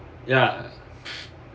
ya